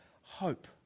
hope